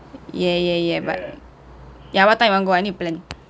yeah yeah yeah but ya what time you wanna go I need to plan